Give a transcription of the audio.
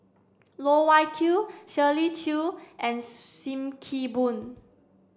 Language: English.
Loh Wai Kiew Shirley Chew and Sim Kee Boon